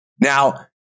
Now